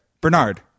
Bernard